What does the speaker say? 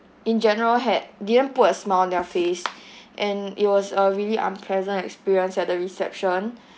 in general had didn't put a smile on their face and it was a really unpleasant experience at the reception